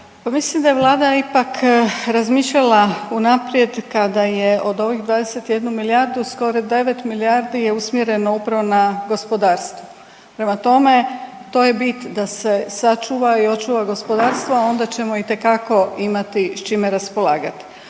mislim da je vlada ipak razmišljala unaprijed kada je od ovih 21 milijardu skoro 9 milijardi je usmjereno upravo na gospodarstvo. Prema tome, to je bit da se sačuva i očuva gospodarstvo, a onda ćemo itekako imati s čime raspolagati.